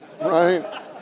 right